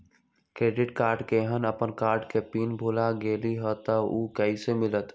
Credit card केहन अपन card के पिन भुला गेलि ह त उ कईसे मिलत?